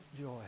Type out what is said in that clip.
joy